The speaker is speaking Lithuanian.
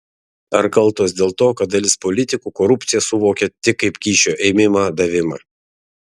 ar kaltos dėl to kad dalis politikų korupciją suvokia tik kaip kyšio ėmimą davimą